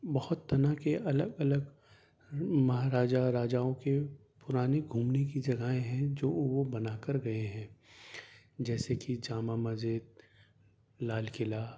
بہت طرح کے الگ الگ مہاراجا راجاؤں کے پرانے گھومنے کی جگہیں ہیں جو وہ بنا کر گئے ہیں جیسے کہ جامع مسجد لال قلعہ